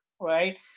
right